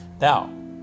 Now